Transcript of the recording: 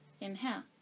inhale